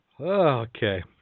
Okay